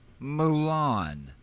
Mulan